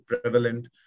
prevalent